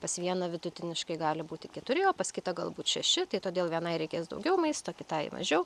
pas vieną vidutiniškai gali būti keturi o pas kitą galbūt šeši tai todėl vienai reikės daugiau maisto kitai mažiau